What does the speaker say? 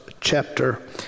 chapter